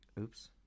Oops